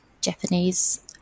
Japanese